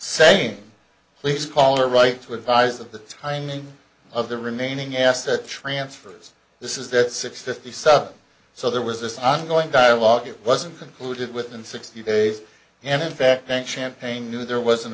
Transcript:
saying please call or write to advise of the timing of the remaining asset transfers this is that six fifty seven so there was this ongoing dialogue it wasn't concluded within sixty days and in fact thank champagne knew there was an